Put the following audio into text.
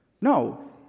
No